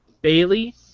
Bailey